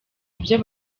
ibyo